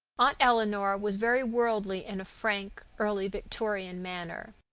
aunt eleanor was very worldly in a frank, early-victorian manner.